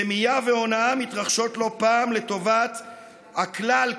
רמייה והונאה מתרחשות לא פעם לטובת הכלל,